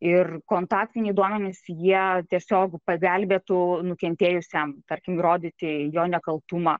ir kontaktiniai duomenys jie tiesiog pagelbėtų nukentėjusiam tarkim įrodyti jo nekaltumą